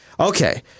Okay